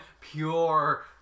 pure